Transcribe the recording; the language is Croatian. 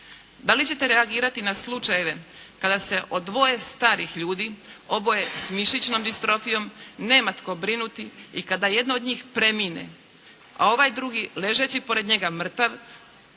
Da li ćete reagirati na slučajeve kada se o dvoje starih ljudi oboje s mišićnom distrofijom nema tko brinuti i kada jedno od njih premine, a ovaj drugi ležeći pored njega mrtav,